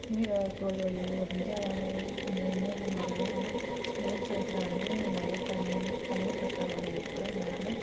நீரை தோல் வழியாக உருஞ்சும் நீரில் வாழும் ஆனால் வெயில் காலத்தில் வந்து நிறையா தண்ணீர் தண்ணீர் பற்றாக்குறை ஏற்படும் அதனால்